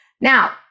Now